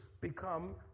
become